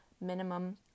minimum